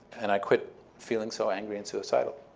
and i quit feeling so angry and suicidal.